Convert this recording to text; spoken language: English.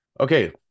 okay